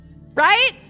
Right